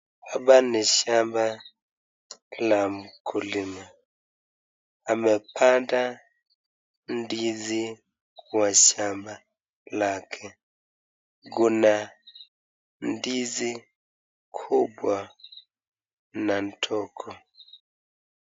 Hapa ni shamba la mkulima, amepanda ndizi kwa shamba lake. Kuna ndizi kubwa na ndogo.